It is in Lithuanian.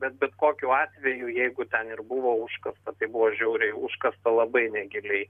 bet bet kokiu atveju jeigu ten ir buvo užkasta tai buvo žiauriai užkasta labai negiliai